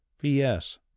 P.S